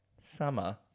summer